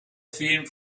film